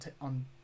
on